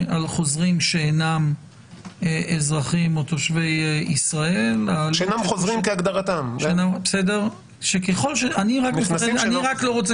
על חוזרים שאינם אזרחים או תושבים ישראל אני לא רוצה